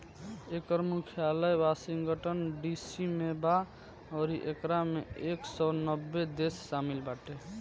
एकर मुख्यालय Washington DC में बा अउरी एकरा में एक सौ नब्बे देश शामिल बाटे